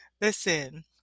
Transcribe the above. Listen